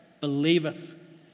believeth